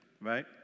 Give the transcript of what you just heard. right